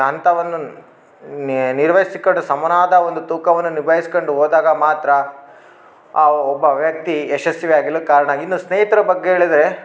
ಅಂಥವನ್ನು ನಿರ್ವಹ್ಸಿಕೊಂಡು ಸಮನಾದ ಒಂದು ತೂಕವನ್ನು ನಿಭಾಯಿಸಿಕೊಂಡು ಹೋದಾಗ ಮಾತ್ರ ಆ ಒಬ್ಬ ವ್ಯಕ್ತಿ ಯಶಸ್ವಿಯಾಗಲು ಕಾರಣ ಇನ್ನು ಸ್ನೇಯಿತರ ಬಗ್ಗೆ ಹೇಳಿದರೆ